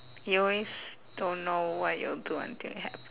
you always don't know what you'll do until you have